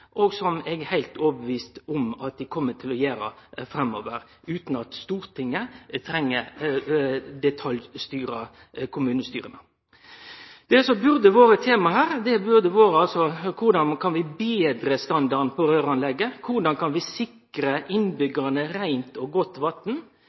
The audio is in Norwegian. og som eg er heilt overbevist om at dei kjem til å gjere framover, utan at Stortinget treng å detaljstyre kommunestyra. Det som burde ha vore temaet her, er korleis vi kan betre standarden på røyranlegget, korleis vi kan sikre